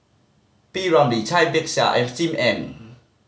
P Ramlee Cai Bixia and Sim Ann